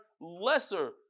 lesser